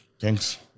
Thanks